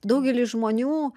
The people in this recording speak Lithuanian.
daugelis žmonių